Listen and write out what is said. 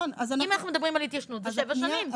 אם אנחנו מדברים על התיישנות זה שבע שנים.